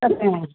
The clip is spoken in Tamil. சக